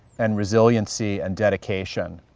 and resiliency, and dedication,